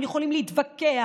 והם יכולים להתווכח,